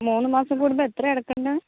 മൂന്ന് മാസം കൂടുമ്പോൾ എത്രയാണ് അടയ്ക്കണ്ടത്